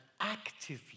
actively